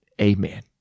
Amen